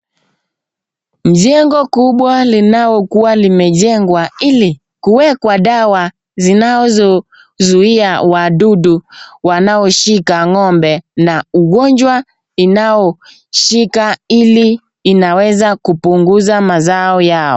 Mjengo kubwa linalokuwa limejengwa ili kuweka dawa zinazozuia wadudu wanaoshika ng'ombe, na ugonjwa inaoshika inaweza kupunguza mazao yao.